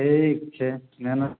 ठीक छै मेहनत